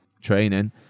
training